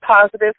positive